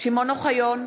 שמעון אוחיון,